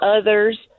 others